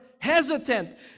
hesitant